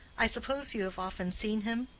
i suppose you have often seen him?